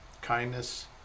kindness